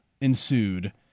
ensued